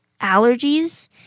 allergies